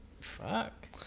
Fuck